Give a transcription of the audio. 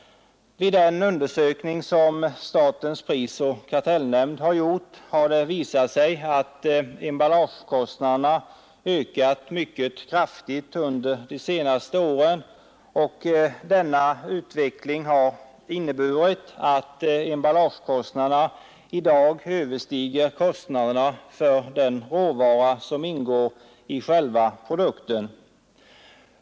Vid en undersökning som statens prisoch kartellnämnd har gjort har det visat sig att emballagekostnaderna ökat mycket kraftigt under de senaste åren. Denna utveckling har inneburit att emballagekostnaden i dag överstiger kostnaden för den råvara som ingår i produkten.